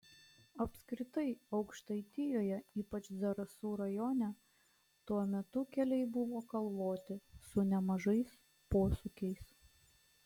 apskritai aukštaitijoje ypač zarasų rajone tuo metu keliai buvo kalvoti su nemažais posūkiais